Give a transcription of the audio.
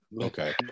Okay